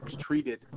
treated